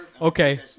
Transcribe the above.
Okay